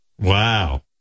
Wow